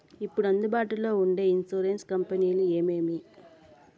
ఇప్పుడు అందుబాటులో ఉండే ఇన్సూరెన్సు కంపెనీలు ఏమేమి?